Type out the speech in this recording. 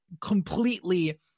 completely